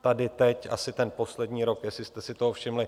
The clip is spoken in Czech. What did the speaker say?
Tady teď asi ten poslední rok, jestli jste si toho všimli.